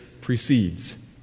precedes